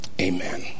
Amen